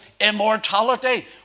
immortality